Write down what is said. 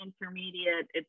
intermediate